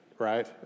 Right